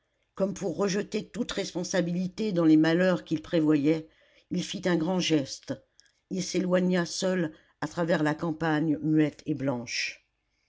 comme pour rejeter toute responsabilité dans les malheurs qu'il prévoyait il fit un grand geste il s'éloigna seul à travers la campagne muette et blanche